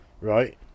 Right